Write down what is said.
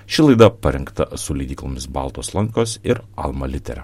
ši laida parengta su leidyklomis baltos lankos ir alma litera